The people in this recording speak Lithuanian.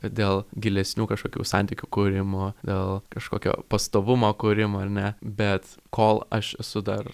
dėl gilesnių kažkokių santykių kūrimo dėl kažkokio pastovumo kūrimo ar ne bet kol aš esu dar